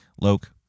loke